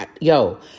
Yo